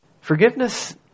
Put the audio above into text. Forgiveness